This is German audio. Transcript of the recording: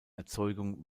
erzeugung